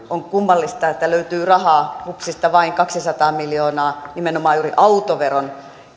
on kummallista että löytyy rahaa hupsista vain kaksisataa miljoonaa nimenomaan juuri autoveron